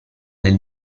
del